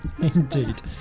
Indeed